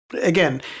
again